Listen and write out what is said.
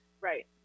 Right